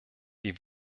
wie